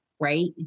Right